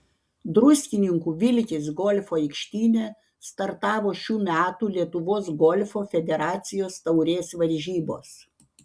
druskininkų vilkės golfo aikštyne startavo šių metų lietuvos golfo federacijos taurės varžybos